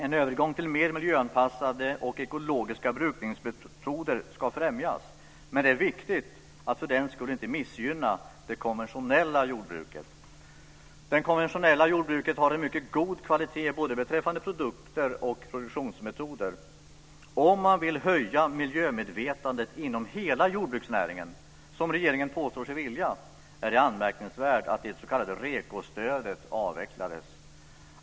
En övergång till mer miljöanpassade och ekologiska brukningsmetoder ska främjas, men det är viktigt att för den skull inte missgynna det konventionella jordbruket. Det konventionella jordbruket har en mycket god kvalitet både beträffande produkter och produktionsmetoder. Om man vill höja miljömedvetandet inom hela jordbruksnäringen, som regeringen påstår sig vilja, är det anmärkningsvärt att det s.k. REKO-stödet avvecklades.